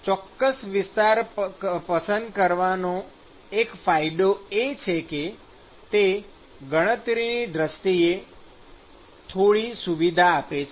ચોક્કસ વિસ્તાર પસંદ કરવાનો એક ફાયદો એ છે કે તે ગણતરીની દ્રષ્ટિએ થોડી સુવિધા આપે છે